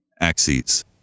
axes